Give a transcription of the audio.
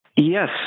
Yes